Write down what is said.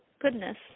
Goodness